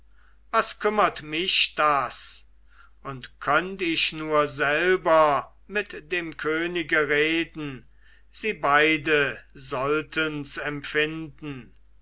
was kümmert mich das und könnt ich nur selber mit dem könige reden sie beide solltens empfinden